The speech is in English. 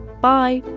bye!